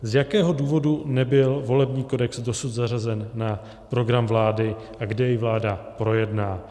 Z jakého důvodu nebyl volební kodex dosud zařazen na program vlády a kdy jej vláda projedná?